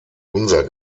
unser